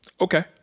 Okay